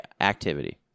activity